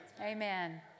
Amen